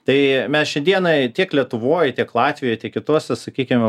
tai mes šiai dienai tiek lietuvoj tiek latvijoj tiek kitose sakykim